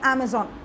Amazon